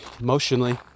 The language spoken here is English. emotionally